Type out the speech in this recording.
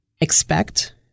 expect